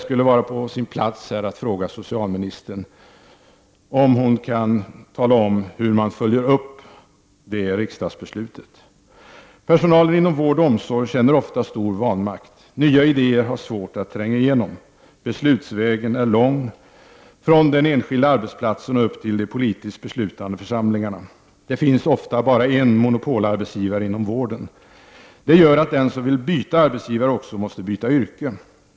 Jag vill fråga socialministern om hon kan tala om hur man följer upp det riksdagsbeslutet. Personalen inom vård och omsorg känner ofta stor vanmakt. Nya idéer har svårt att tränga igenom. Beslutsvägen är lång från den enskilda arbetsplatsen och upp till de politiskt beslutande församlingarna. Det finns ofta bara en monopolarbetsgivare inom vården. Det gör att den som vill byta arbetsgivare också måste byta yrke.